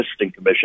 commission